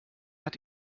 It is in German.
hat